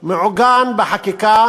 מעוגן בחקיקה